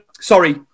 Sorry